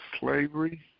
slavery